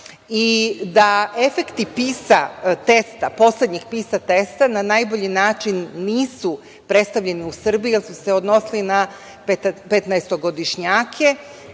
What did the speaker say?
PISA testa, poslednjih PISA testa na najbolji način nisu predstavljeni u Srbiji, jer su se odnosili na petnaestogodišnjake,